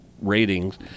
ratings